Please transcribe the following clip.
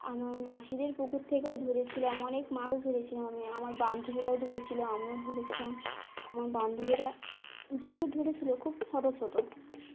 আমার মাসিদের পুকুর থেকেও ধরেছিলাম অনেক মাছ ধরেছিলাম আমি আমার বান্ধবীরাও ধরেছিল আমিও ধরেছিলাম আমার বান্ধবীরা যেগুলো ধরেছিল খুব ছোট ছোট